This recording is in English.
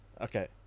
Okay